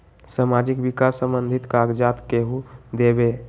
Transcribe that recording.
समाजीक विकास संबंधित कागज़ात केहु देबे?